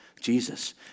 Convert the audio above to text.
Jesus